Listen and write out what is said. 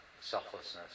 selflessness